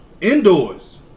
indoors